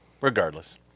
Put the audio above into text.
Regardless